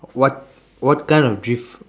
what what kind of drift